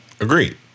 Agreed